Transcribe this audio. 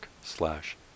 slash